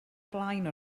blaen